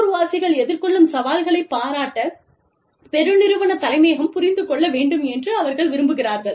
உள்ளூர் வாசிகள் எதிர்கொள்ளும் சவால்களைப் பாராட்டப் பெருநிறுவன தலைமையகம் புரிந்து கொள்ள வேண்டும் என்று அவர்கள் விரும்புகிறார்கள்